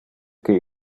que